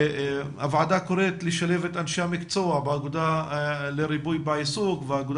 הוועדה קוראת לשלב את אנשי המקצוע באגודה לריפוי בעיסוק והאגודה